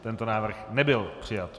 Tento návrh nebyl přijat.